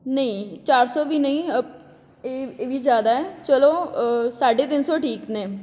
ਨਹੀਂ ਚਾਰ ਸੌ ਵੀ ਨਹੀਂ ਇਹ ਇਹ ਵੀ ਜ਼ਿਆਦਾ ਹੈ ਚਲੋ ਸਾਡੇ ਤਿੰਨ ਸੌ ਠੀਕ ਨੇ